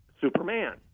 Superman